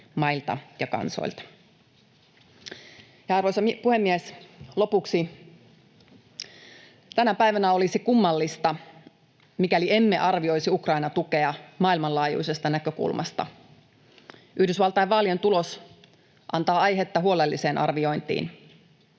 mailta ja kansoilta. Arvoisa puhemies! Lopuksi: Tänä päivänä olisi kummallista, mikäli emme arvioisi Ukrainan tukea maailmanlaajuisesta näkökulmasta. Yhdysvaltain vaalien tulos antaa aihetta huolelliseen arviointiin.